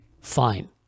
fine